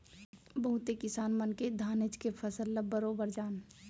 बहुते किसान मन के धानेच के फसल ल बरोबर जान